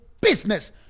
business